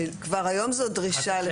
שכבר היום זו דרישה.